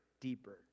deeper